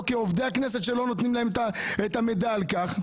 כעובדי הכנסת שלא נותנים להם מידע על כך.